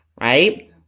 Right